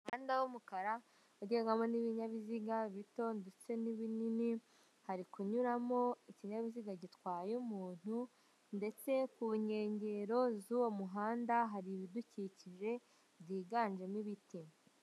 Umuhanda w'umukara ugendwamo n'ibinyabiziga bito ndetse n'ibinini, hari kunyuramo ikinyabiziga gitwaye umuntu, ndetse ku nkengero z'uwo muhanda hari ibidukikije byiganjemo ibiti.